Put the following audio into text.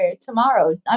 tomorrow